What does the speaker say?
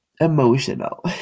emotional